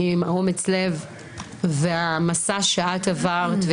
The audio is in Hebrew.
עם אומץ הלב והמסע שאת עברת,